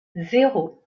zéro